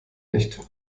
nicht